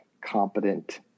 competent